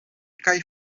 kaj